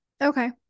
Okay